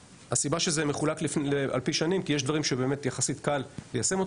הסיבה שזה מחולק לפי שנים כי יש דברים שבאמת יחסית קל ליישם אותם,